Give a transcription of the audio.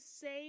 say